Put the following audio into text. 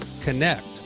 connect